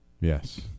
yes